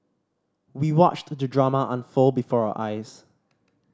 we watched the drama unfold before our eyes